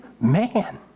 man